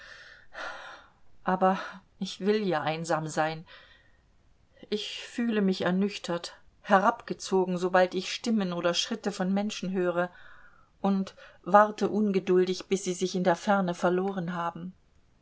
aber ich will ja einsam sein ich fühle mich ernüchtert herabgezogen sobald ich stimmen oder schritte von menschen höre und warte ungeduldig bis sie sich in der ferne verloren haben